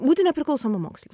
būti nepriklausoma moksle